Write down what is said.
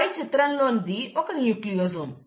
పై చిత్రంలోది ఒక న్యూక్లియోజోమ్